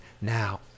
Now